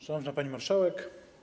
Szanowna Pani Marszałek!